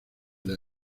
les